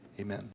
Amen